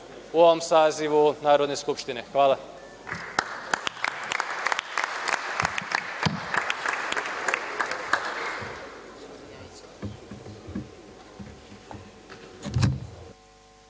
u ovom sazivu Narodne skupštine. Hvala.